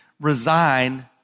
resign